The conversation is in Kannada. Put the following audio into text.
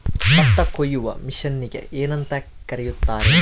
ಭತ್ತ ಕೊಯ್ಯುವ ಮಿಷನ್ನಿಗೆ ಏನಂತ ಕರೆಯುತ್ತಾರೆ?